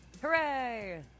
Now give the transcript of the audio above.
hooray